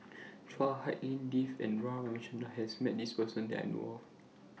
Chua Hak Lien Dave and R Ramachandran has Met This Person that I know of